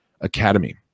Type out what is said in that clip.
Academy